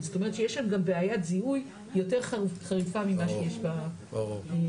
שיש שם גם בעיית זיהוי מהמגזר היהודי.